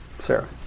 Sarah